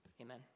Amen